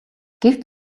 гэвч